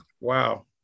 Wow